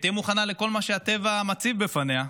שתהיה מוכנה לכל מה שהטבע מציב בפניה.